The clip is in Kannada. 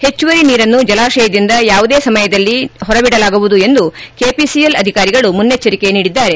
ಹೆಚ್ಚುವರಿ ನೀರನ್ನು ಜಲಾಶಯದಿಂದ ಯಾವುದೇ ಸಮಯದಲ್ಲಿ ನೀರನ್ನು ಹೊರಬಿಡಲಾಗುವುದು ಎಂದು ಕೆಪಿಸಿಎಲ್ ಅಧಿಕಾರಿಗಳು ಮುನ್ನೆಚ್ಚರಿಕೆ ನೀಡಿದ್ದಾರೆ